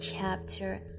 chapter